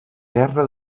guerra